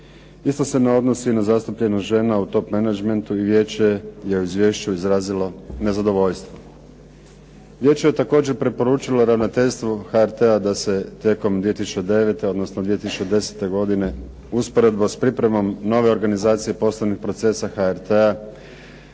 Isto se ne odnosi na zastupljenost žena u top menadžmentu i vijeće je u izvješću izrazilo nezadovoljstvo. Vijeće je također preporučilo ravnateljstvu HRT-a da se tijekom 2009. odnosno 2010. godine usporedno s pripremom nove organizacije poslovnih procesa HRT-a,